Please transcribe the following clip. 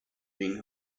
being